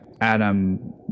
Adam